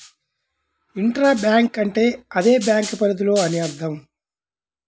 intra bank అంటే అదే bank పరిధిలో అని అర్థం